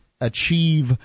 achieve